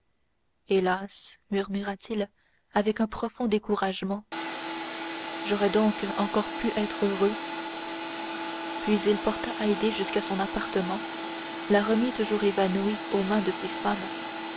hélas murmura-t-il avec un profond découragement j'aurais donc encore pu être heureux puis il porta haydée jusqu'à son appartement la remit toujours évanouie aux mains de ses femmes